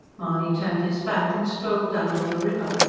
mahony turned his back and strolled down to the river.